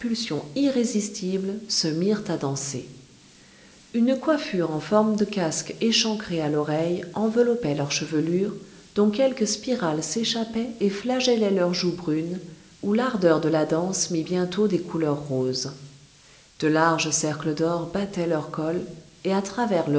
se mirent à danser une coiffure en forme de casque échancré à l'oreille enveloppait leur chevelure dont quelques spirales s'échappaient et flagellaient leurs joues brunes où l'ardeur de la danse mit bientôt des couleurs roses de larges cercles d'or battaient leur col et à travers